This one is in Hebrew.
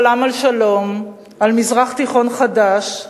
חלם על שלום, על מזרח תיכון חדש,